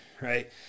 right